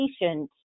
patient